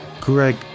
Greg